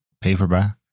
Paperback